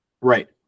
Right